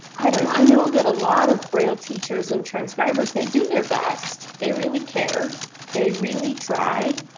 i don't know i know that a lot of braille teachers and transcribers they do their best, they really care they really try,